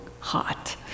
hot